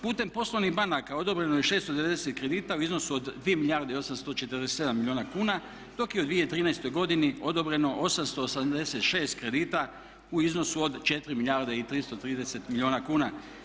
Putem poslovnih banaka odobreno je 690 kredita u iznosu od 2 milijarde i 847 milijuna kuna dok je u 2013. godini odobreno 886 kredita u iznosu od 4 milijarde i 330 milijuna kuna.